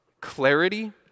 clarity